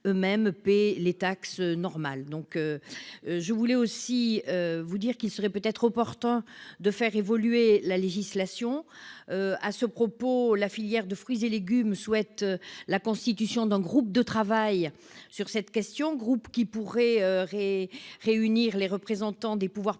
locaux paient normalement leurs taxes. Il serait peut-être opportun de faire évoluer la législation. À ce propos, la filière des fruits et légumes souhaite la constitution d'un groupe de travail sur cette question, groupe qui pourrait réunir les représentants des pouvoirs